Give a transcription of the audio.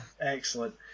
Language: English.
excellent